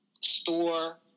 store